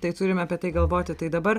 tai turim apie tai galvoti tai dabar